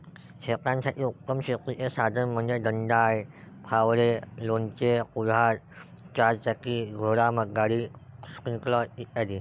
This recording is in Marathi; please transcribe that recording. शेतासाठी उत्तम शेतीची साधने म्हणजे दंताळे, फावडे, लोणचे, कुऱ्हाड, चारचाकी घोडागाडी, स्प्रिंकलर इ